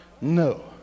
no